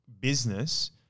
business